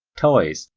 toys,